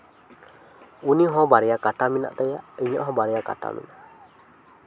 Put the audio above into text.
ᱩᱱᱤ ᱦᱚᱸ ᱵᱟᱨᱭᱟ ᱠᱟᱴᱟ ᱢᱮᱱᱟᱜ ᱛᱟᱭᱟ ᱤᱧᱟᱹᱜ ᱦᱚᱸ ᱵᱟᱨᱭᱟ ᱠᱟᱴᱟ ᱢᱮᱱᱟᱜᱼᱟ